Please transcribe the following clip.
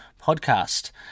podcast